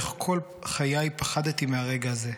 איך כל חיי פחדתי מהרגע הזה,